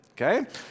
Okay